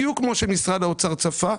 בדיוק כמו שמשרד האוצר צפה,